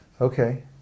okay